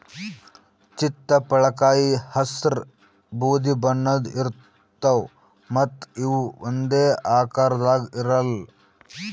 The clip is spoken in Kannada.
ಚಿತ್ತಪಳಕಾಯಿ ಹಸ್ರ್ ಬೂದಿ ಬಣ್ಣದ್ ಇರ್ತವ್ ಮತ್ತ್ ಇವ್ ಒಂದೇ ಆಕಾರದಾಗ್ ಇರಲ್ಲ್